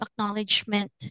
acknowledgement